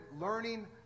learning